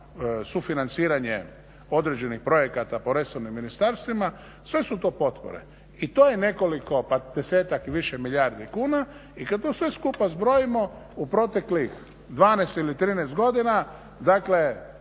sufinanciranje određenih projekata po resornim ministarstvima sve su to potpore i to je nekoliko desetak i više milijardi kuna i kad to sve skupa zbrojimo u proteklih 12 ili 13 godina dakle